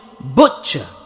butcher